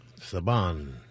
Saban